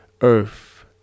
earth